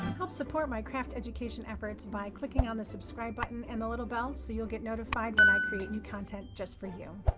help support my craft education efforts by clicking on the subscribe button and the little bell, so you'll get notified when i create new content just for you.